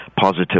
positive